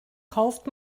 kauft